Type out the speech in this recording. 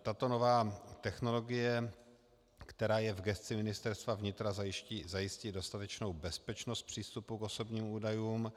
Tato nová technologie, která je v gesci Ministerstva vnitra, zajistí dostatečnou bezpečnost přístupu k osobním údajům.